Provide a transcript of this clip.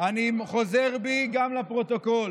אני חוזר בי, גם לפרוטוקול,